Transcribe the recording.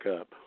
up